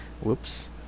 Whoops